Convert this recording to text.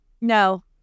no